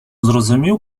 зрозумів